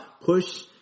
push